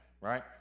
right